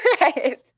right